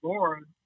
Lord